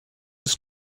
his